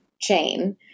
chain